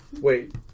Wait